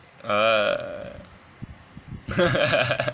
err